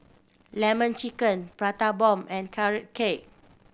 Lemon Chicken Prata Bomb and Carrot Cake